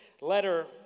letter